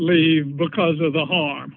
leave because of the harm